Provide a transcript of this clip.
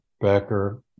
Becker